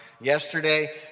Yesterday